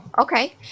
okay